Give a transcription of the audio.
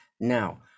now